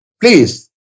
Please